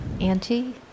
Auntie